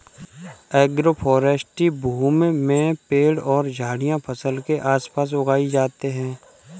agroforestry भूमि में पेड़ और झाड़ियाँ फसल के आस पास उगाई जाते है